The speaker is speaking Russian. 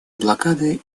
блокады